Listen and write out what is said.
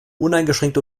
uneingeschränkte